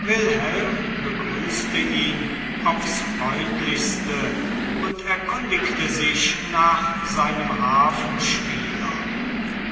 wilhelm begrüßte ihn aufs freundlichste und erkundigte sich nach seinem harfenspieler